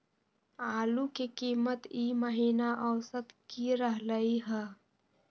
आलू के कीमत ई महिना औसत की रहलई ह?